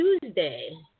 Tuesday